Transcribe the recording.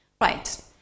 Right